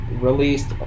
released